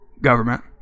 government